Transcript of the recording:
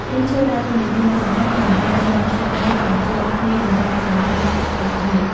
ឫសឈើដើរតួនាទីយ៉ាងសំខាន់ក្នុងការចងភ្ជាប់ដីឱ្យជាប់គ្នាដើម្បីកាត់បន្ថយការបាក់ដី។